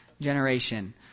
generation